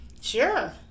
Sure